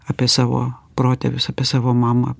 apie savo protėvius apie savo mamą